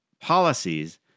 policies